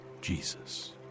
Jesus